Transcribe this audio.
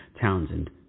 Townsend